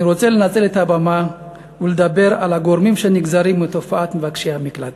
אני רוצה לנצל את הבמה ולדבר על הגורמים שנגזרים מתופעת מבקשי המקלט.